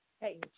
Hey